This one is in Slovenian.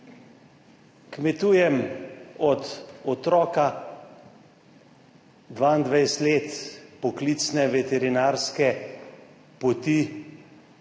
Kmetujem od otroka, 22 let poklicne veterinarske poti